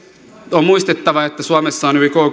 on muistettava että suomessa on